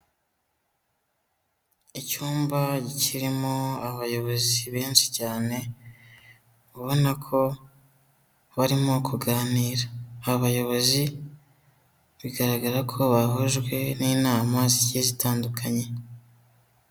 Icyumba kirimo abayobozi benshi cyane, ubona ko barimo kuganira, abayobozi bigaragara ko bahujwe n'inama zigiye zitandukanye.